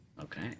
Okay